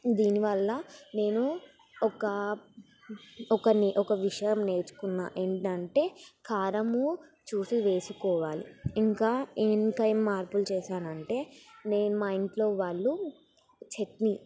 దీనివల్ల నేను ఒక ఒక ఒక విషయం నేర్చుకున్న ఏంటంటే కారము చూసి వేసుకోవాలి ఇంకా నేనింకా ఏంమార్పులు చేశానంటే నేను మా ఇంట్లో వాళ్ళు చట్నీ